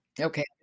Okay